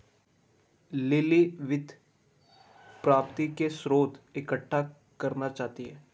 lily वित्त प्राप्ति के स्रोत इकट्ठा करना चाहती है